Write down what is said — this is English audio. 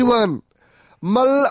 Mal